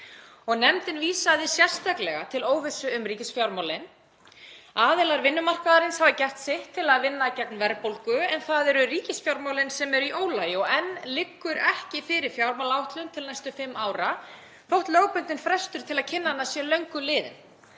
Nefndin vísaði sérstaklega til óvissu um ríkisfjármálin. Aðilar vinnumarkaðarins hafa gert sitt til að vinna gegn verðbólgu en það eru ríkisfjármálin sem eru í ólagi og enn liggur ekki fyrir fjármálaáætlun til næstu fimm ára þótt lögbundinn frestur til að kynna hana sé löngu liðinn.